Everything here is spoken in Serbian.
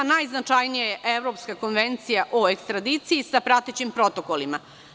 Najznačajnija je Evropska konvencija o ekstradiciji sa pratećim protokolima.